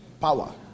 power